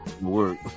work